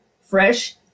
fresh